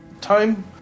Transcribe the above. Time